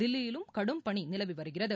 தில்லியிலும் கடும் பனி நிலவி வருகிறது